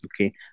Okay